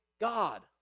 God